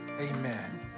amen